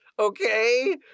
Okay